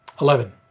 Eleven